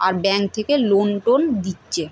আর bank থেকে loan টোন দিচ্ছে